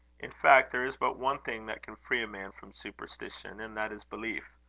in fact, there is but one thing that can free a man from superstition, and that is belief.